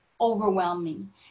overwhelming